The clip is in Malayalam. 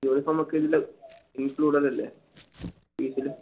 യൂണിഫോമൊക്കെ ഇതിൽ ഇൻക്ലൂഡഡ് അല്ലെ ഫീസിൽ